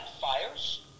fires